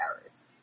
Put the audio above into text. errors